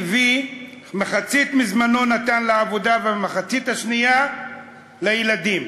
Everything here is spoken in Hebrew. שמחצית מזמנו נתן לעבודה והמחצית השנייה לילדים,